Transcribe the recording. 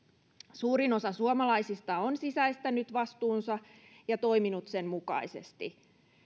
suurin osa suomalaisista on sisäistänyt vastuunsa ja toiminut sen mukaisesti